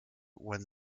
when